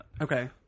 Okay